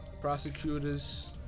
prosecutors